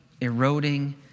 eroding